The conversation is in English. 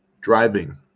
Driving